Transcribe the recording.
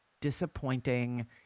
disappointing